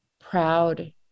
proud